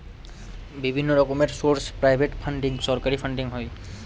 বিভিন্ন রকমের source private funding, সরকারি ফান্ডিং হয়